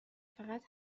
فقط